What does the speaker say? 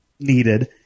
needed